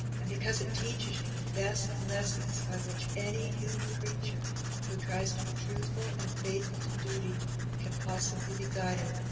and because it teaches you the best lessons by which any human creature who tries to be truthful and faithful to duty can possibly be guided.